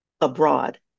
abroad